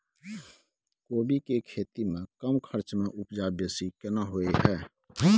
कोबी के खेती में कम खर्च में उपजा बेसी केना होय है?